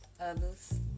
others